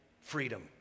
freedom